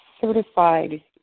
certified